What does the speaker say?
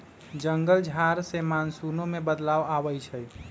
जंगल झार से मानसूनो में बदलाव आबई छई